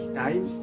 time